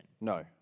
No